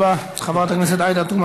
האם" באוכלוסייה הערבית,